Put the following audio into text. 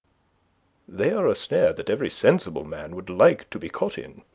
they are a snare that every sensible man would like to be caught in.